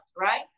right